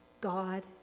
God